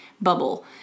bubble